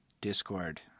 discord